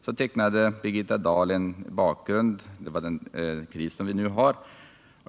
Så tecknade Birgitta Dahl en bakgrund till den kris vi nu har.